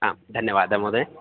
आम् धन्यवाद महोदय